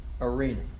Arena